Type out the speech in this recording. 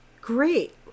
great